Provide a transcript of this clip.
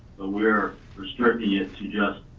we're restricting it to just